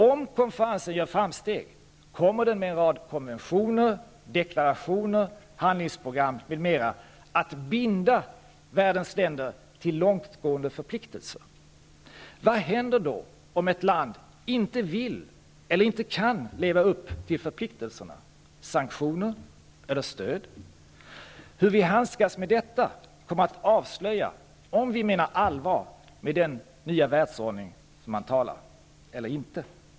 Om konferensen gör framsteg kommer den att med konventioner, deklarationer, handlingsprogram m.m. binda världens länder i långtgående förpliktelser. Vad händer då om ett land inte vill eller inte kan leva upp till förpliktelserna? Sanktioner eller stöd? Hur vi handskas med detta kommer att avslöja om vi menar allvar med en ny världsordning eller inte.